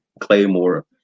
Claymore